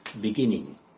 beginning